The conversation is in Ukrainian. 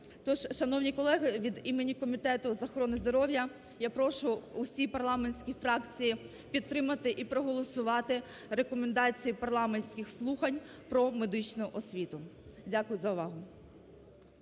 шановні колеги, від імені Комітету з охорони здоров'я я прошу всі парламентські фракції підтримати і проголосувати рекомендації парламентських слухань про медичну освіту. Дякую за увагу.